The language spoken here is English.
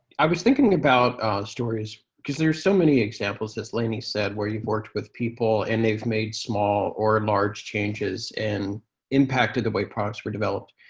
i was thinking about stories, because there are so many examples, as lainey said, where you've worked with people and they've made small or large changes and impacted the way products were developed.